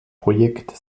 projekt